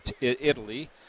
Italy